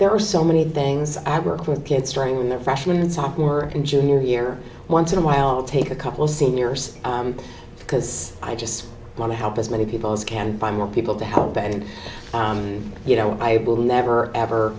there are so many things i work with kids during their freshman and sophomore and junior year once in a while take a couple seniors because i just want to help as many people as can buy more people to help and you know i will never ever